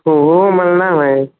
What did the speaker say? हो हो मला नाही माही